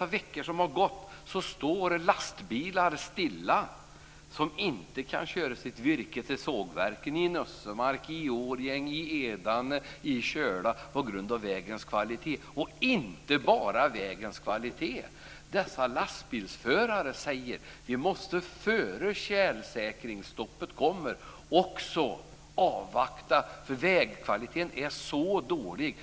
de veckor som har gått har lastbilar stått stilla. De kan inte köra sitt virke till sågverken i Nössemark, Årjäng, Edane och Köla på grund av vägarnas kvalitet. Men det är inte bara vägarnas kvalitet. Lastbilsförarna säger: Vi måste avvakta också före det att tjälsäkringsstoppet kommer eftersom vägkvaliteten är så dålig.